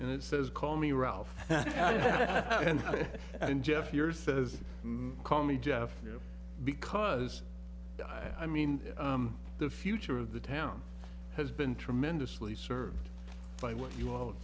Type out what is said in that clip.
and it says call me ralph yeah and jeff years says call me jeff you know because i mean the future of the town has been tremendously served by what you